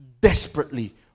desperately